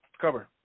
cover